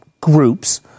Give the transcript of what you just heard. groups